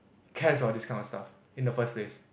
cares about this kind of stuff in the first place